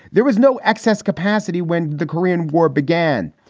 there was no excess capacity when the korean war began.